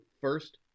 first